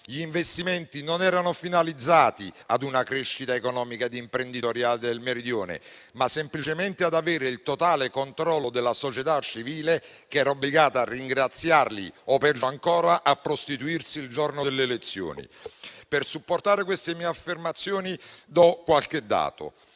Gli investimenti erano finalizzati non a una crescita economica del Meridione, ma semplicemente ad avere il totale controllo della società civile, che era obbligata a ringraziarli o, peggio ancora, a prostituirsi il giorno delle elezioni. Per supportare queste mie affermazioni do qualche dato: